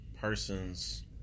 persons